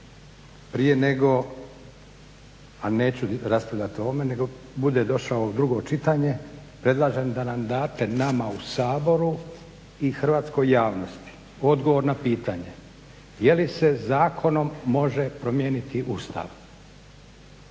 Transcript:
Prije nego, a neću raspravljat o ovome nego bude došao u drugo čitanje, predlažem da nam date nama u Saboru i hrvatskoj javnosti odgovor na pitanje je li se zakonom može promijeniti Ustav,